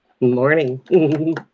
morning